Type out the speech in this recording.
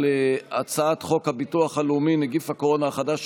הצעת חוק הביטוח הלאומי (נגיף הקורונה החדש,